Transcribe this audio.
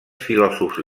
filòsofs